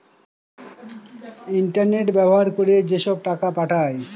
internet ব্যবহার করে যেসব টাকা পাঠায়